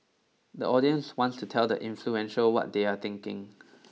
the audience wants to tell the influential what they are thinking